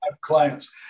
clients